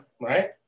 right